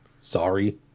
sorry